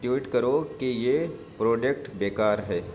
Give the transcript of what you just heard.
tweet کرو کہ یہ پروڈکٹ بےکار ہے